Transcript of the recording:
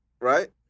right